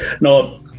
no